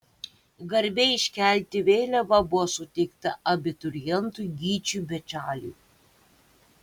garbė iškelti vėliavą buvo suteikta abiturientui gyčiui bečaliui